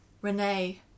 Renee